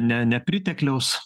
ne nepritekliaus